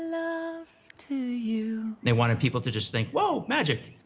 to you. they wanted people to just think, whoa, magic!